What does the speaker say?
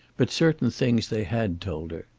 but certain things they had told her.